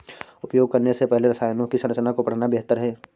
उपयोग करने से पहले रसायनों की संरचना को पढ़ना बेहतर है